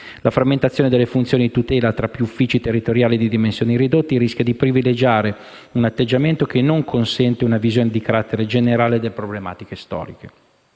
La frammentazione delle funzioni di tutela tra più uffici territoriali di dimensioni ridotte rischia di privilegiare un atteggiamento che non consente una visione di carattere generale delle problematiche storiche.